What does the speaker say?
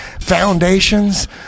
foundations